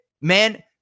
man